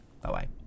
Bye-bye